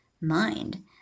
mind